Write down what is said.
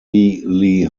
lee